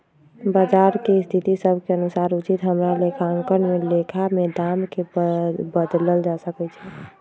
बजार के स्थिति सभ के अनुसार उचित हमरा लेखांकन में लेखा में दाम् के बदलल जा सकइ छै